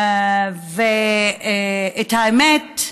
האמת,